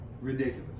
Ridiculous